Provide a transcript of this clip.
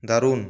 দারুণ